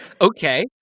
Okay